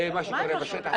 זה מה שקורה בשטח.